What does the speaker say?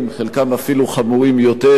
חלקם אפילו חמורים יותר,